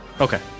Okay